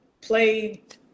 played